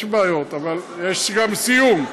יש בעיות, אבל יש גם סיום.